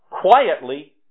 quietly